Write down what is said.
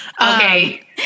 Okay